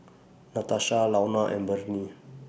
Natasha Launa and Bernie